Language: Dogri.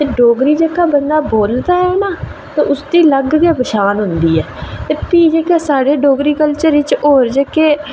ते डोगरी जेह्का बंदा बोलदा ऐ ना ते उसदी अलग गै पन्छान होंदी ऐ ते भी साढ़े डोगरी कल्चर च होर जेह्के